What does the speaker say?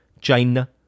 China